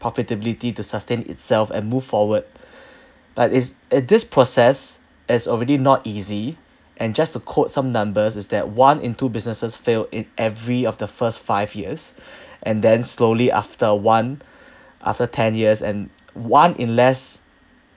profitability to sustain itself and move forward but is at this process is already not easy and just to quote some numbers is that one in two businesses fail in every of the first five years and then slowly after one after ten years and one in less